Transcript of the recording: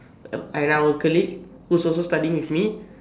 and our colleague who's also studying with me